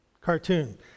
cartoon